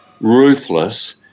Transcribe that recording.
ruthless